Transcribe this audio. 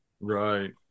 right